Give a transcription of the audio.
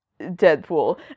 Deadpool